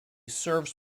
serves